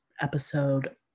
episode